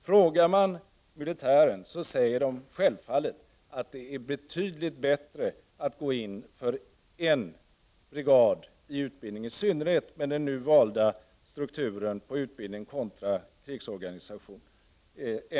Frågar man militärer, säger de självfallet att det är betydligt bättre att gå in för en brigad i utbildningen än att förfalla till dubbelbrigadlösningen, i synnerhet med den nu valda strukturen på utbildning kontra krigsorganisation.